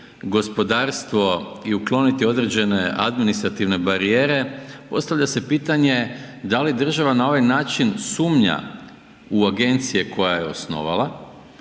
gospodarstvo i ukloniti određene administrativne barijere, postavlja se pitanje da li država na ovaj način sumnja u agencije koje je osnovala,